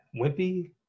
wimpy